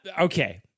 Okay